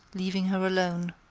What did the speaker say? leaving her alone.